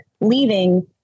leaving